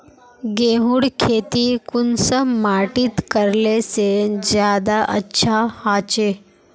गेहूँर खेती कुंसम माटित करले से ज्यादा अच्छा हाचे?